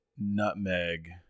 nutmeg